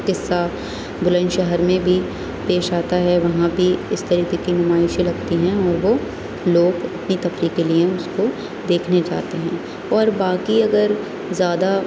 قصہ بلند شہر میں بھی پیش آتا ہے وہاں بھی اس طریقے کی نمائشیں لگتی ہیں اور وہ لوگ اپنی تفریح کے لیے اس کو دیکھنے جاتے ہیں اور باقی اگر زیادہ